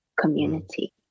community